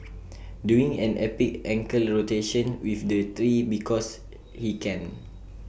doing an epic ankle rotation with the tree because he can